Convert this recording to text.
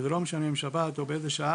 יש בו שני דברים.